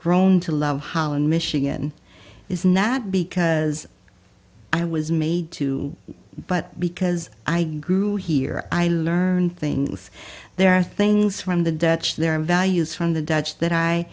grown to love holland michigan is not because i was made to but because i grew here i learned things there are things from the dutch there are values from the dutch that i